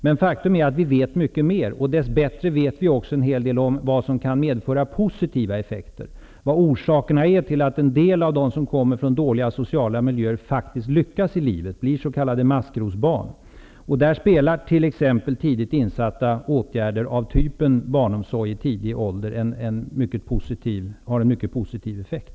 Men faktum är att vi nu vet mycket mer, och dess bättre vet vi en hel del om vad som kan få positiva effekter, vet vad orsaken är till att en hel del av dem som kommer från dåliga sociala miljöer faktiskt lyckas i livet, s.k. maskrosbarn. Där har t.ex. tidigt insatta åtgärder av typen barnomsorg i tidig ålder en mycket positiv effekt.